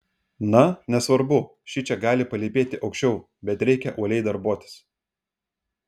na nesvarbu šičia gali palypėti aukščiau bet reikia uoliai darbuotis